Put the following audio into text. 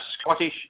Scottish